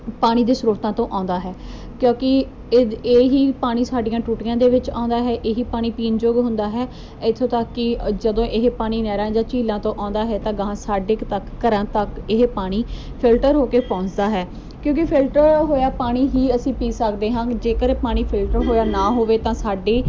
ਪਾਣੀ ਦੇ ਸਰੋਤਾਂ ਤੋਂ ਆਉਂਦਾ ਹੈ ਕਿਉਂਕਿ ਇਹਦੇ ਇਹ ਹੀ ਪਾਣੀ ਸਾਡੀਆਂ ਟੂਟੀਆਂ ਦੇ ਵਿੱਚ ਆਉਂਦਾ ਹੈ ਇਹ ਹੀ ਪਾਣੀ ਪੀਣ ਯੋਗ ਹੁੰਦਾ ਹੈ ਇੱਥੋਂ ਤੱਕ ਕਿ ਅ ਜਦੋਂ ਇਹ ਪਾਣੀ ਨਹਿਰਾਂ ਜਾਂ ਝੀਲਾਂ ਤੋਂ ਆਉਂਦਾ ਹੈ ਤਾਂ ਅਗਾਂਹ ਸਾਡੇ ਕ ਤੱਕ ਘਰਾਂ ਤੱਕ ਇਹ ਪਾਣੀ ਫਿਲਟਰ ਹੋ ਕੇ ਪਹੁੰਚਦਾ ਹੈ ਕਿਉਂਕਿ ਫਿਲਟਰ ਹੋਇਆ ਪਾਣੀ ਹੀ ਅਸੀਂ ਪੀ ਸਕਦੇ ਹਾਂ ਜੇਕਰ ਪਾਣੀ ਫਿਲਟਰ ਹੋਇਆ ਨਾ ਹੋਵੇ ਤਾਂ ਸਾਡੀ